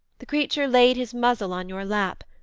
the creature laid his muzzle on your lap,